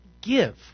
give